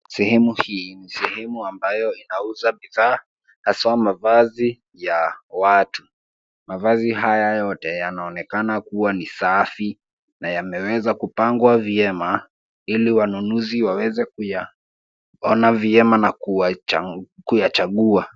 Sehemu hii ni sehemu ambayo inauza bidhaa haswa mavazi ya watu. Mavazi haya yote yanaonekana kuwa ni safi na yameweza kupangwa vyema ili wanunuzi waweze kuyaona vyema na kuyachagua.